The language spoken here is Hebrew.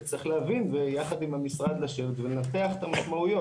צריך להבין ויחד עם המשרד לשבת ולנתח את המשמעויות.